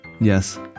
Yes